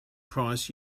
price